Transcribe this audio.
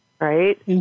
right